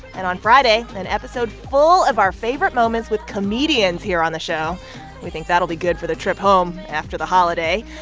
and on friday, an episode full of our favorite moments with comedians here on the show we think that'll be good for the trip home after the holiday.